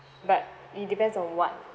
but it depends on what